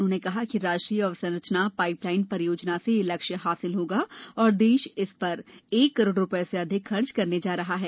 उन्होंने कहा कि राष्ट्रीय अवसंरचना पाइप लाइन परियोजना से यह लक्ष्य हासिल होगा और देश इस पर एक करोड़ रूपये से अधिक खर्च करने जा रहा है